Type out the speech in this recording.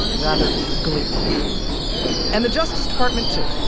rather gleefully and the justice department, too.